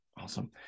Awesome